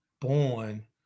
born